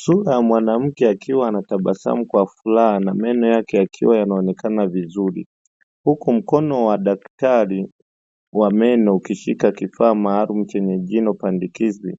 Sura ya mwanamke akiwa anatabasamu kwa furaha na meno yake yakiwa yanaonekana vizuri. Huku mkono wa daktari wa meno ukishika kifaa maalumu chenye jino pandikizi